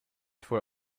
for